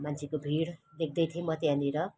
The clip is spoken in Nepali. मान्छेको भिड देख्दै थिएँ म त्यहाँनिर